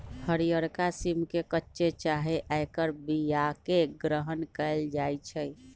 हरियरका सिम के कच्चे चाहे ऐकर बियाके ग्रहण कएल जाइ छइ